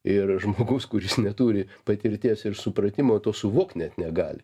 ir žmogus kuris neturi patirties ir supratimo to suvokt net negali